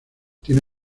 tiene